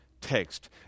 text